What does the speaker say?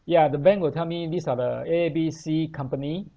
ya the bank will tell me these are the A_B_C company